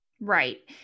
right